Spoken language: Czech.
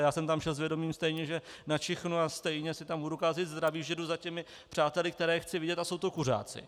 A já jsem tam šel s vědomím stejně, že načichnu a stejně si tam budu kazit zdraví, že jdu za těmi přáteli, které chci vidět, a jsou to kuřáci.